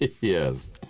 Yes